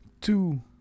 two